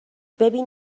ببین